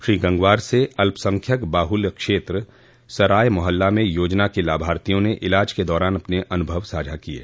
श्री गंगवार से अल्पसंख्यक बाहल्य क्षेत्र सराय मोहल्ला में योजना के लाभार्थियों ने इलाज के दौरान अपने अनुभव साझा किये